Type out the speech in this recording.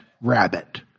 rabbit